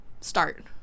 start